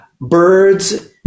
birds